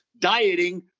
Dieting